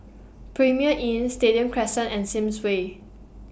Premier Inn Stadium Crescent and Sims Way